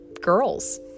girls